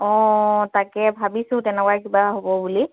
অঁ তাকে ভাবিছোঁ তেনেকুৱাই কিবা হ'ব বুলি